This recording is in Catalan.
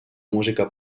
música